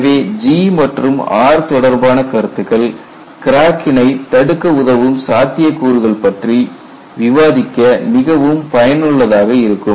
எனவே G மற்றும் R தொடர்பான கருத்துக்கள் கிராக்கினை தடுக்க உதவும் சாத்தியக்கூறுகள் பற்றி விவாதிக்க மிகவும் பயனுள்ளதாக இருக்கும்